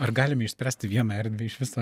ar galime išspręsti vieną erdvę iš viso